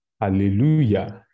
Hallelujah